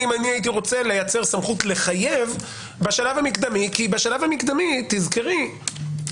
אם הייתי רוצה לייצר סמכות לחייב בשלב המקדמי כי בשלב המקדמי אל"ף,